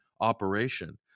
operation